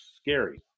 scary